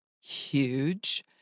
huge